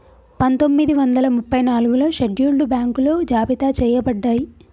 పందొమ్మిది వందల ముప్పై నాలుగులో షెడ్యూల్డ్ బ్యాంకులు జాబితా చెయ్యబడ్డయ్